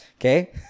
Okay